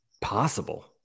possible